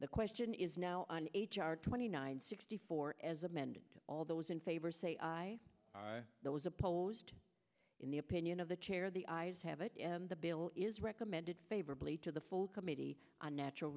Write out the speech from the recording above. the question is now on h r twenty nine sixty four as amended to all those in favor say that was opposed in the opinion of the chair the eyes have it the bill is recommended favorably to the full committee on natural